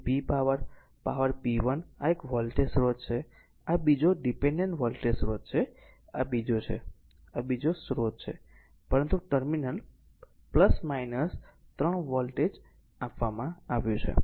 તે p power power p 1 આ એક વોલ્ટેજ સ્રોત છે આ બીજો ડીપેનડેન્ટ વોલ્ટેજ સ્રોત છે અને આ બીજો છે બીજો સ્રોત છે પરંતુ ટર્મિનલ 3 વોલ્ટેજ આપવામાં આવ્યું છે